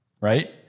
right